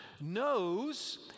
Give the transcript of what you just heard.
knows